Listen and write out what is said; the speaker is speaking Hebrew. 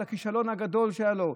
את הכישלון הגדול שהיה לו,